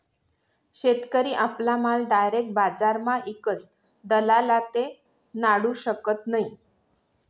शेतकरी आपला माल डायरेक बजारमा ईकस दलाल आते नाडू शकत नै